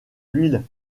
l’huile